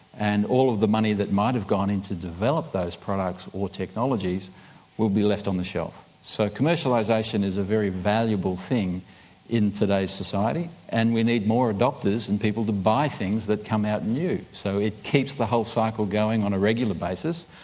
and all of the money that might've gone in to develop those products or technologies will be left on the shelf. so commercialization is a very valuable thing in today's society and we need more adopters and people to buy things that come out new so it keeps the whole cycle going on a regular basis.